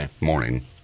morning